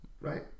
Right